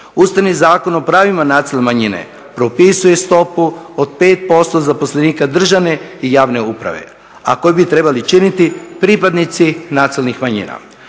Ustavni zakon o pravima nacionalnih manjina propisuje stopu od 5% zaposlenika državne i javne uprave, a koji bi trebali činiti pripadnici nacionalnih manjina.